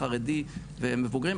חרדי ומבוגרים,